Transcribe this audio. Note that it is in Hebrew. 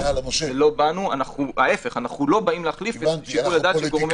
אנחנו לא באים להחליף את שיקול הדעת של גורמים מקצועיים.